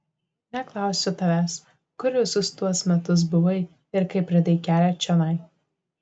neklausiu tavęs kur visus tuos metus buvai ir kaip radai kelią čionai